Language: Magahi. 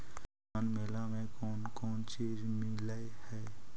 किसान मेला मे कोन कोन चिज मिलै है?